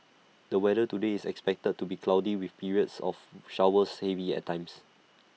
the weather today is expected to be cloudy with periods of showers heavy at times